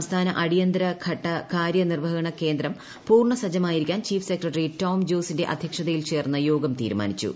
സംസ്ഥാന അടിയന്തിരഘട്ട കാര്യനിർവഹണ കേന്ദ്രം പൂർണ്ണ സജ്ജമായിരിക്കാൻ ചീഫ് സെക്രട്ടറി ടോം ജോസിന്റെ അധ്യക്ഷതയിൽ ചേർന്ന യോഗം തീരുമാനിച്ചു